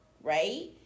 Right